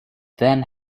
then